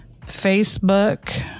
facebook